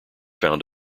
found